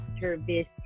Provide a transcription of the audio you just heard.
service